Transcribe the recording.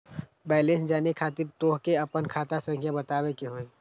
Balance जाने खातिर तोह के आपन खाता संख्या बतावे के होइ?